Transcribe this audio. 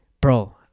Bro